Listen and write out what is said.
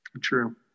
True